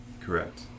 Correct